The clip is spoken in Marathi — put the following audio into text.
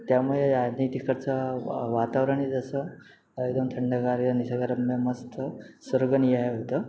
त्यामुळे आणि तिकडचं वातावरणही जसं एकदम थंडगार निसर्गरम्य मस्त स्वरगनिय होतं